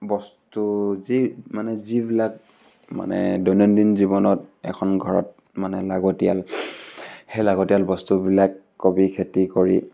বস্তু যি মানে যিবিলাক মানে দৈনন্দিন জীৱনত এখন ঘৰত মানে লাগতিয়াল সেই লাগতিয়াল বস্তুবিলাক কবি খেতি কৰি